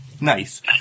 nice